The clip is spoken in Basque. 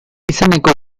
izeneko